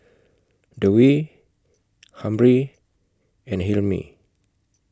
Dewi Amrin and Hilmi